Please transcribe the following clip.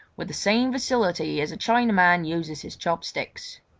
with the same facility as a chinaman uses his chopsticks.